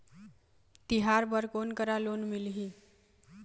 तिहार बर कोन करा लोन मिलही?